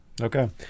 Okay